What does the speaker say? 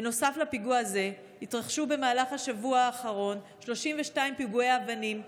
נוסף לפיגוע הזה התרחשו במהלך השבוע האחרון 32 פיגועי אבנים,